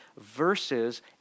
versus